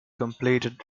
completed